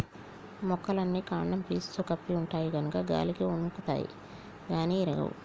మొక్కలన్నీ కాండం పీసుతో కప్పి ఉంటాయి గనుక గాలికి ఒన్గుతాయి గాని ఇరగవు